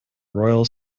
royal